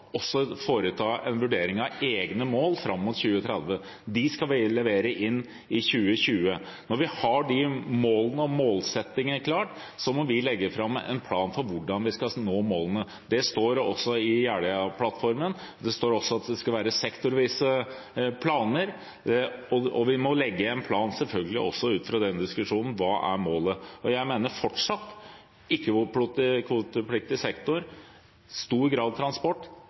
også foreta en vurdering av egne mål fram mot 2030. Dem skal vi levere inn i 2020. Når vi har de målene og målsettingene klare, må vi legge fram en plan for hvordan vi skal nå dem. Det står i Jeløya-plattformen. Det står også at det skal være sektorvise planer. Vi må selvfølgelig også legge en plan ut fra denne diskusjonen – hva er målet? Jeg mener fortsatt